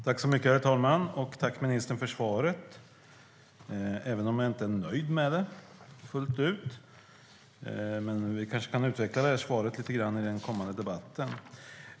Herr talman! Jag tackar ministern för svaret, även om jag inte är nöjd med det fullt ut. Men vi kanske kan få svaret utvecklat lite grann här under debatten.